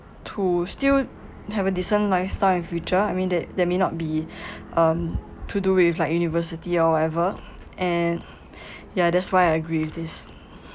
to still have a decent lifestyle in future I mean that that may not be um to do with like university or whatever and ya that's why I agree with this